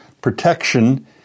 protection